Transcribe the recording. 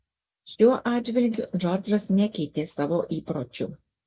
šiuo atžvilgiu džordžas nekeitė savo įpročių